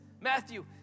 Matthew